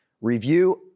review